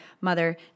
mother